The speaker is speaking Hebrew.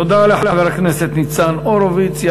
תודה לחבר הכנסת ניצן הורוביץ.